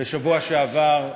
בשבוע שעבר,